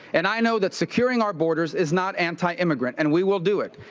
and i know that securing our borders is not anti-immigrant and we will do it.